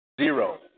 zero